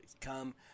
Come